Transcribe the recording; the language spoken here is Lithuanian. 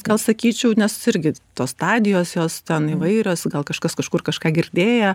gal sakyčiau nes irgi tos stadijos jos ten įvairios gal kažkas kažkur kažką girdėję